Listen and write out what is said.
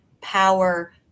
power